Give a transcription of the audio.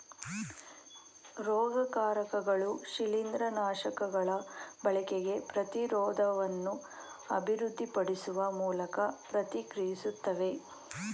ರೋಗಕಾರಕಗಳು ಶಿಲೀಂದ್ರನಾಶಕಗಳ ಬಳಕೆಗೆ ಪ್ರತಿರೋಧವನ್ನು ಅಭಿವೃದ್ಧಿಪಡಿಸುವ ಮೂಲಕ ಪ್ರತಿಕ್ರಿಯಿಸ್ತವೆ